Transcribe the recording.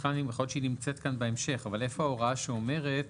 איפה ההוראה שאומרת